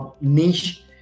niche